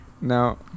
No